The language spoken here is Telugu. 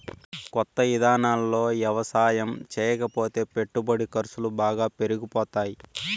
కొత్త ఇదానాల్లో యవసాయం చేయకపోతే పెట్టుబడి ఖర్సులు బాగా పెరిగిపోతాయ్